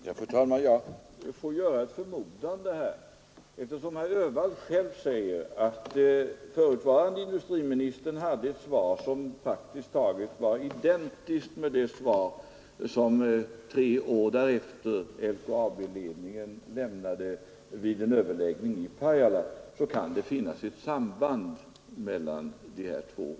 Fru talman! Här får jag göra ett förmodande. Eftersom herr Öhvall själv säger att förutvarande industriministern hade ett svar som praktiskt taget var identiskt med det svar som LKAB:s ledning tre år därefter lämnade vid en överläggning i Pajala kan det finnas ett samband mellan de två beskeden.